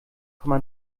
komma